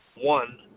one